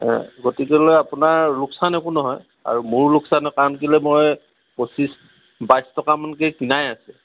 গতিকেলৈ আপোনাৰ লোকচান একো নহয় আৰু মোৰ লোকচান কাৰণ কেলেই মই পঁচিছ বাইছ টকামানকে কিনাই আছে